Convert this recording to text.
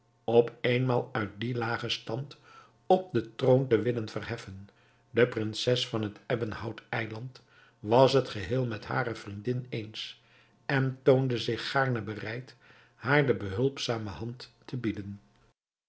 op éénmaal uit dien lagen stand op den troon te willen verheffen de prinses van het ebbenhout eiland was het geheel met hare vriendin eens en toonde zich gaarne bereid haar de behulpzame hand te bieden